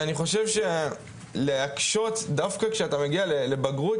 אני חושב שלהקשות דווקא כשאתה מגיע לבגרות,